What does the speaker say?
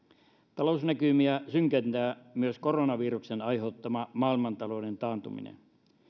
talousnäkymiä synkentää myös koronaviruksen aiheuttama maailmantalouden taantuminen